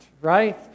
right